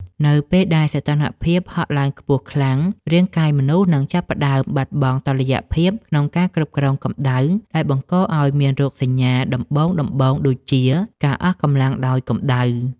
នៅពេលដែលសីតុណ្ហភាពហក់ឡើងខ្ពស់ខ្លាំង រាងកាយមនុស្សនឹងចាប់ផ្តើមបាត់បង់តុល្យភាពក្នុងការគ្រប់គ្រងកម្ដៅ ដែលបង្កឱ្យមានរោគសញ្ញាដំបូងៗដូចជា ការអស់កម្លាំងដោយកម្ដៅ។